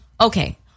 Okay